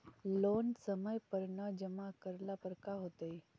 Loan समय पर न जमा करला पर का होतइ?